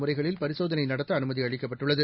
முறைகளில்பரிசோதனைநடத்தஅனுமதி அளிக்கப்பட்டுள்ளது